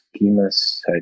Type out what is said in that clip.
schemas